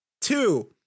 Two